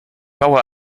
baue